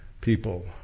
people